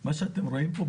מה שאתם רואים כאן,